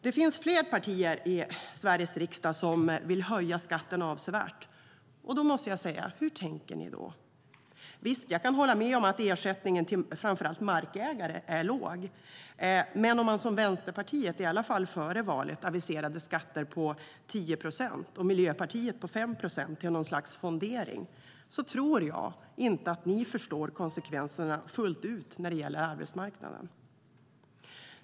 Det finns flera partier i Sveriges riksdag som vill höja skatten avsevärt. Jag måste fråga: Hur tänker ni då? Visst, jag kan hålla med om att ersättningen till framför allt markägare är låg. Men om man gör som Vänsterpartiet - i alla fall före valet - och aviserar skatter på 10 procent och Miljöpartiet på 5 procent till något slags fondering tror jag inte att ni förstår konsekvenserna fullt ut när det gäller arbetsmarknaden.